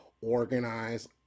organize